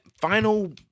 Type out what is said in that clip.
final